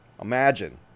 Imagine